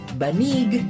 banig